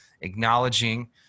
acknowledging